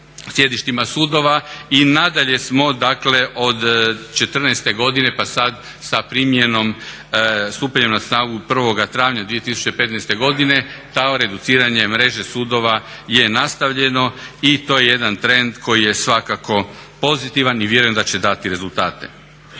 sjedištima sudova i nadalje smo dakle od '14. godine pa sad sa primjenom, stupanjem na snagu 1. travnja 2015. godine … reduciranje mreže sudova je nastavljeno i to je jedan trend koji je svakako pozitivan i vjerujem da će dati rezultate.